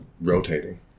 rotating